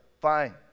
fine